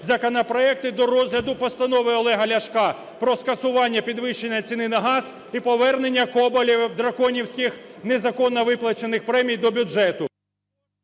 законопроекти, до розгляду постанови Олега Ляшка про скасування підвищення ціни на газ і поверненняКоболєвим драконівських, незаконно виплачених премій до бюджету…